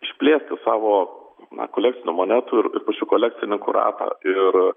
išplėsti savo na kolekcinių monetų ir šių kolekcininkų ratą ir